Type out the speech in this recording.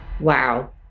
Wow